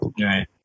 right